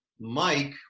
Mike